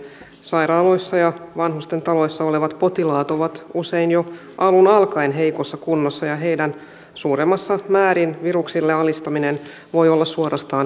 sairaaloissa ja vanhustentaloissa olevat potilaat ovat usein jo alun alkaen heikossa kunnossa ja heidän viruksille altistumisensa suuremmassa määrin voi olla suorastaan vaarallista